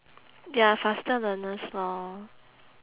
they are faster learners lor